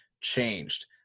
changed